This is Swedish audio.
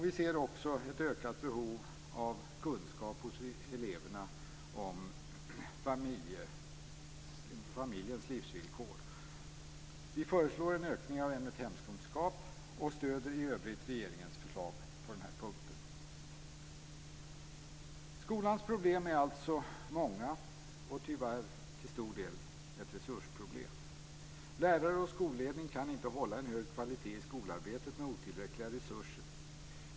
Vi ser också ett ökat behov av kunskap hos eleverna om familjens livsvillkor. Vi föreslår en ökning av ämnet hemkunskap och stöder i övrigt regeringens förslag på denna punkt. Skolans problem är alltså många och tyvärr till stor del ett resursproblem. Lärare och skolledning kan inte hålla en hög kvalitet i skolarbetet med otillräckliga resurser.